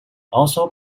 also